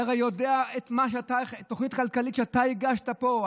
הרי אתה יודע את התוכנית הכלכלית שאתה הגשת פה,